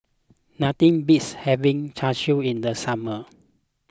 nothing beats having Char Siu in the summer